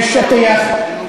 יש שטיח.